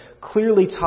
clearly